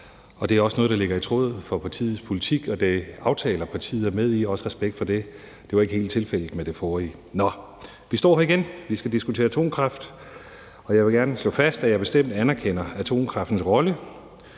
det er noget, der ligger i tråd med partiets politik og de aftaler, partiet er med, så det står der respekt om. Det var ikke helt tilfældet med det forrige forslag – nå. Vi står her igen, og vi skal diskutere atomkraft. Jeg vil gerne slå fast, at jeg bestemt anerkender atomkraftens rolle,